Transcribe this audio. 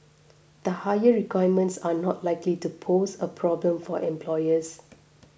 the higher requirements are not likely to pose a problem for employers